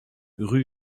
rue